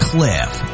Cliff